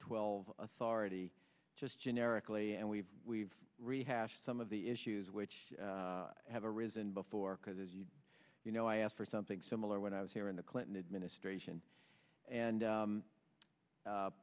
twelve authority just generically and we've we've rehashed some of the issues which have a risen before because as you you know i asked for something similar when i was here in the clinton administration and